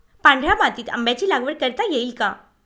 पांढऱ्या मातीत आंब्याची लागवड करता येईल का?